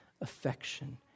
Affection